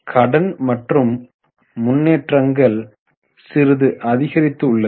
கடன் மற்றும் முன்னேற்றங்கள் சிறிது அதிகரித்து உள்ளது